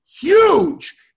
huge